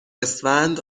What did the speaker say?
اسفند